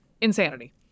Insanity